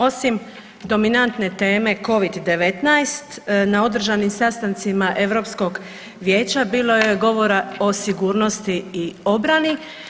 Osim dominantne teme covid 19 na održanim sastancima Europskog vijeća bilo je govora o sigurnosti i obrani.